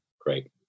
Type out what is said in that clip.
great